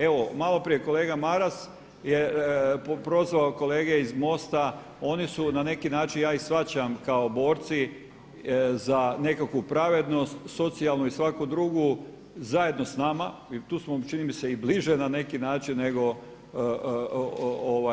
Evo malo prije kolega Maras je prozvao kolege iz MOST-a oni su na neki način, ja ih shvaćam kao borci za nekakvu pravednost socijalnu i svaku drugu zajedno s nama i tu smo čini mi se i bliže na neki način nego